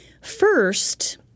First